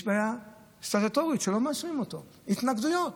יש בעיה סטטוטורית, שלא מאשרים אותו, התנגדויות.